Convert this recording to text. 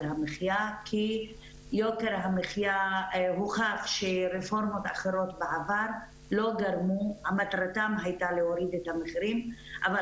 המחיה כי הוכח שרפורמות אחרות בעבר מטרתן הייתה להוריד את המחירים אבל